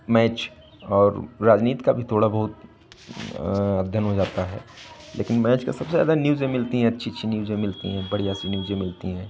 match और राजनीति का भी थोड़ा बहुत अध्ययन हो जाता है लेकिन मैच का सबसे ज़्यादा न्यूज़ें मिलती हैं अच्छी अच्छी न्यूज़ें मिलती हैं बढ़िया सी न्यूज़ें मिलती हैं